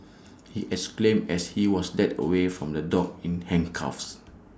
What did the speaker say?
he exclaimed as he was led away from the dock in handcuffs